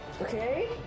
Okay